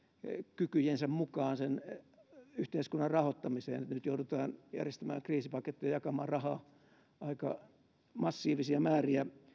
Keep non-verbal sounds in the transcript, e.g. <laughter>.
kykyjensä mukaan yhteiskunnan rahoittamiseen nyt joudutaan järjestämään kriisipaketteja ja jakamaan rahaa aika massiivisia määriä <unintelligible>